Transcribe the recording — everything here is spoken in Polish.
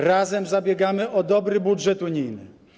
Razem zabiegamy o dobry budżet unijny.